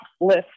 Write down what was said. list